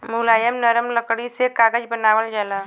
मुलायम नरम लकड़ी से कागज बनावल जाला